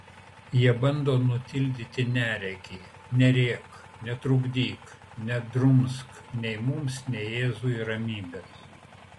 jie bando nutildyti neregį nerėk netrukdyk nedrumsk nei mums nei jėzui ramybės